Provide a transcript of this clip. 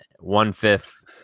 one-fifth